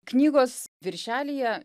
knygos viršelyje